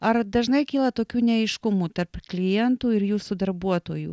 ar dažnai kyla tokių neaiškumų tarp klientų ir jūsų darbuotojų